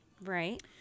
Right